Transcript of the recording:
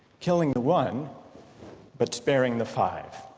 killing the one but sparing the five.